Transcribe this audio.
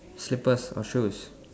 slippers or shoes